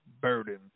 burden